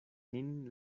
nin